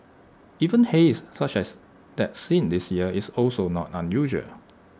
even haze such as that seen this year is also not unusual